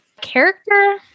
Character